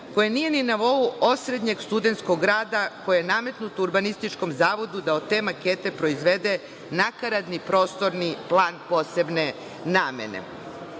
koja nije na nivou osrednjeg studentskog rada koje je Urbanističkom zavodu da od te makete proizvede nakaradni prostorni plan posebne namene,